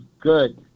good